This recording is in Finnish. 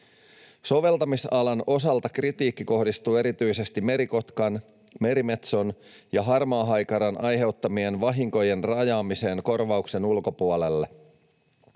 Soveltamisalan osalta kritiikki kohdistuu erityisesti merikotkan, merimetson ja harmaahaikaran aiheuttamien vahinkojen rajaamiseen korvauksen ulkopuolelle.